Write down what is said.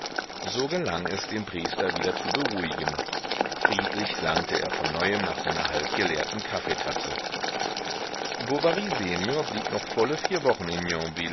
so gelang es den priester wieder zu beruhigen friedlich langte er von neuem nach seiner halbgeleerten kaffeetasse bovary senior blieb noch volle vier wochen in